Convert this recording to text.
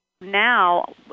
now